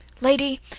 Lady